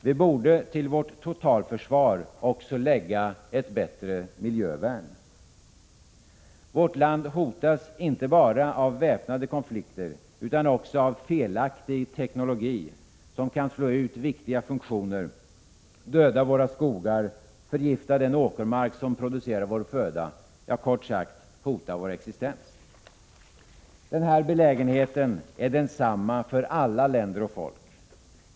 Vi borde till vårt totalförsvar också lägga ett bättre miljövärn. Vårt land hotas inte bara av väpnade konflikter utan också av felaktig teknologi, som kan slå ut viktiga funktioner, döda skogarna och förgifta den åkermark som producerar vår föda, ja, kort sagt hota vår existens. Denna belägenhet är densamma för alla länder och folk.